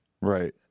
Right